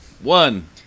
One